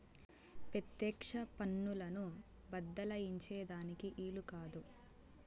పెత్యెక్ష పన్నులను బద్దలాయించే దానికి ఈలు కాదు